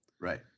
right